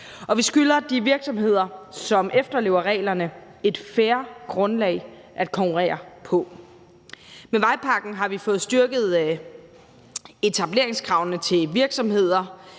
vi skylder de virksomheder, som efterlever reglerne, et fair grundlag at konkurrere på. Med vejpakken har vi fået styrket etableringskravene til virksomheder,